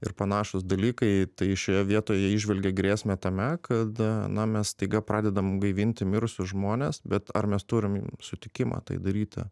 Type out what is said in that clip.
ir panašūs dalykai tai šioje vietoje įžvelgia grėsmę tame kad na mes staiga pradedam gaivinti mirusius žmones bet ar mes turim sutikimą tai daryti